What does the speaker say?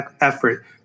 effort